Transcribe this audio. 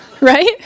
right